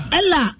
Ella